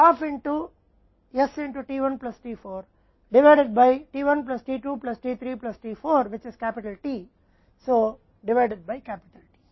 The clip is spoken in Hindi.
t s में t 1 को t 4 में विभाजित किया गया जिसे t 1 plus t 2 plus t 3 plus t 4 से विभाजित किया गया जो T द्वारा विभाजित है